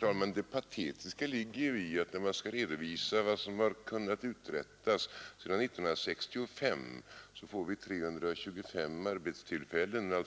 Herr talman! Det patetiska ligger i att när man skall redovisa vad som kunnat uträttas sedan 1965 får man fram 325 arbetstillfällen — ett